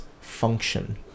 function